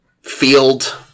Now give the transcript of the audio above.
field